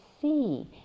see